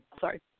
sorry